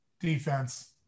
defense